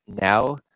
now